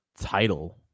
title